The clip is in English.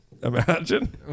Imagine